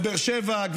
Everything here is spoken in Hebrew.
בבאר שבע היום,